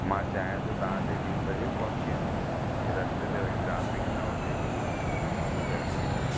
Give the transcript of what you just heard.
मां चाहियां थो तव्हां हुते टीं बजे पहुची वञो कि रस्ते ते वरी ट्रेफिक न हुजे त पोइ जल्दी निकिरूं